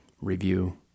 review